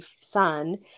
son